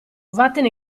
vattene